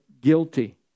guilty